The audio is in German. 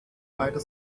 beider